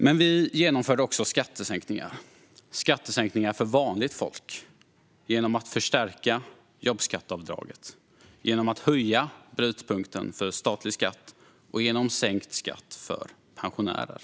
Men vi genomförde också skattesänkningar för vanligt folk genom att förstärka jobbskatteavdraget och höja brytpunkten för statlig skatt samt genom sänkt skatt för pensionärer.